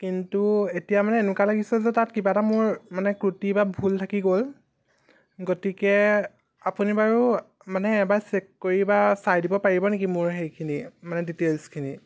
কিন্তু এতিয়া মানে এনেকুৱা লাগিছে যে তাত কিবা এটা মোৰ মানে ক্ৰুতি বা ভুল থাকি গ'ল গতিকে আপুনি বাৰু মানে এবাৰ চেক কৰি বা চাই দিব পাৰিব নেকি মোৰ সেইখিনি মানে ডিটেইলছখিনি